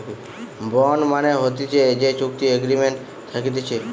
bond মানে হতিছে যে চুক্তি এগ্রিমেন্ট থাকতিছে